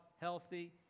healthy